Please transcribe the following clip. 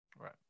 Right